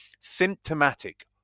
symptomatic